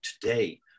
today